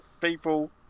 people